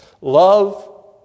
Love